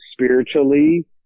Spiritually